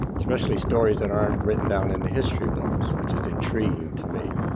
especially stories that aren't written down in the history books, which is intriguing to me.